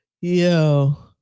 Yo